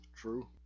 True